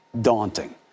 daunting